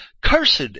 cursed